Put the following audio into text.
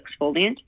exfoliant